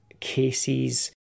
cases